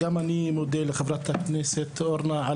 גם אני מודה לחברת הכנסת אורנה.